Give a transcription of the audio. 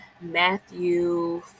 Matthew